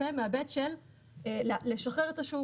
מההיבט של לשחרר את השוק,